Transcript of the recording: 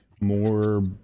more